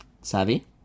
Savvy